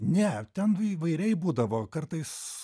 ne ten įvairiai būdavo kartais